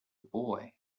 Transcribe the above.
boy